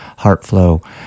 HeartFlow